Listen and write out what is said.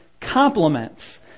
compliments